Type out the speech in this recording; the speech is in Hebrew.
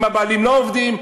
אם הבעלים לא עובדים.